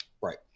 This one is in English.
right